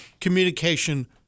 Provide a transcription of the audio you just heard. communication